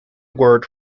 word